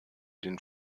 den